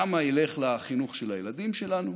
כמה ילך לחינוך של הילדים שלנו,